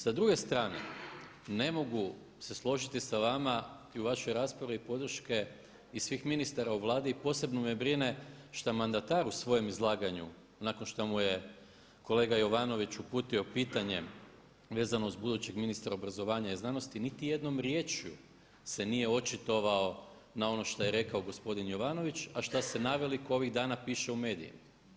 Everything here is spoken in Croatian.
Sa druge strane, ne mogu se složiti sa vama i u vašoj raspravi podrške i svih ministara u Vladi i posebno me brine šta mandatar u svojem izlaganju nakon šta mu je kolega Jovanović uputio pitanje vezano uz budućeg ministra obrazovanja i znanosti, niti jednom riječju se nije očitovao na ono šta je rekao gospodin Jovanović a šta se naveliko ovih dana piše u medijima.